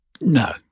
No